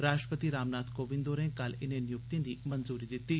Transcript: राश्ट्रपति रामनाथ कोविंद होरें कल इनें नियुक्तिएं गी मंजूरी दित्ती